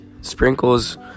Sprinkles